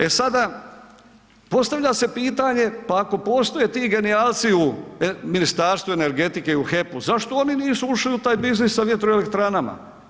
E sada postavlja se pitanje, pa ako postoje ti genijalci u Ministarstvu energetike i u HEP-u, zašto oni nisu ušli u taj biznis sa vjetroelektranama?